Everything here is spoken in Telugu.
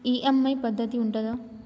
ఈ.ఎమ్.ఐ పద్ధతి ఉంటదా?